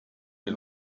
wir